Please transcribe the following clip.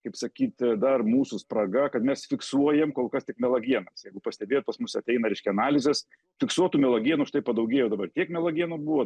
kaip sakyt dar mūsų spraga kad mes fiksuojam kol kas tik melagienas jeigu pastebėjot pas mus ateina reiškia analizės fiksuotų melagienų štai padaugėjo dabar tiek melagienų buvo